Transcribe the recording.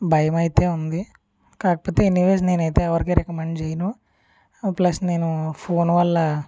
భయమైతే ఉంది కాకపోతే ఎనీవేస్ నేనైతే ఎవరి రికమండ్ చేయను ప్లస్ నేను ఫోన్ వల్ల